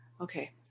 Okay